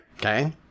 Okay